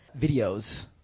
Videos